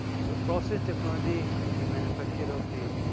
so, process technology in the manufacture of the